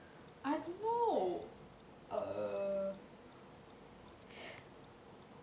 I don't know err